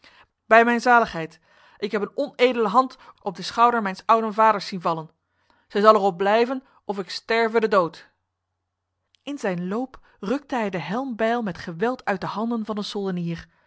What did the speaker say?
bij mijn zaligheid ik heb een onedele hand op de schouder mijns ouden vaders zien vallen zij zal erop blijven of ik sterve de dood in zijn loop rukte hij de helmbijl met geweld uit de handen van een soldenier